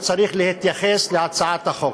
הוא צריך להתייחס להצעת החוק,